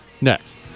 Next